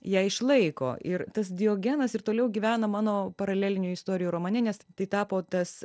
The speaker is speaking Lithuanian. ją išlaiko ir tas diogenas ir toliau gyvena mano paralelinių istorijų romane nes tai tapo tas